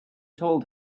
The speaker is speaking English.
told